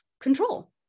control